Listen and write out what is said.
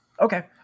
Okay